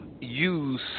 use